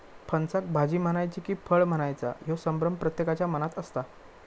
फणसाक भाजी म्हणायची कि फळ म्हणायचा ह्यो संभ्रम प्रत्येकाच्या मनात असता